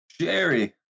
Jerry